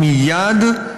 מייד,